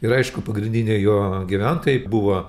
ir aišku pagrindiniai jo gyventojai buvo